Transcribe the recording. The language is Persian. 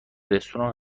رستوران